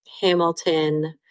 Hamilton